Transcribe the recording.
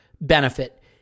benefit